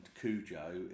Cujo